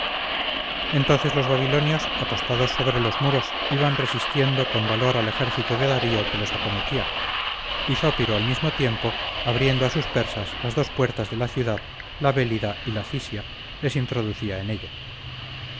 entonces los babilonios apostados sobre los muros iban resistiendo con valor al ejército de darío que los acometía y zópiro al mismo tiempo abriendo a sus persas las dos puertas de la ciudad la bélida y la cisia les introducía en ella